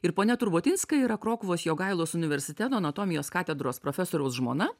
ir ponia turbotinska kai yra krokuvos jogailos universiteto anatomijos katedros profesoriaus žmona